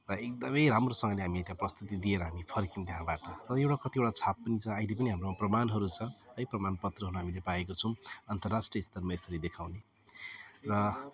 र एकदमै राम्रोसँगले हामीले त्यहाँ प्रस्तुति दिएर हामी फर्कियौँ त्यहाँबाट र एउटा कतिवटा छाप पनि छ अहिले पनि हाम्रो प्रमाणहरू छ है प्रमाणपत्रहरू हामीले पाएका छौँ अन्तर्राष्ट्रिय स्तरमा यसरी देखाउने र